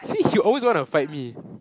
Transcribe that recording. see you always want to fight me